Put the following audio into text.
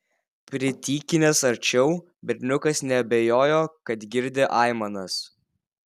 pritykinęs arčiau berniukas neabejojo kad girdi aimanas